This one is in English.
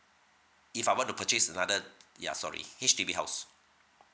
if I want to purchase another ya sorry H_D_B house